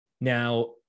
Now